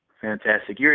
Fantastic